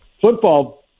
football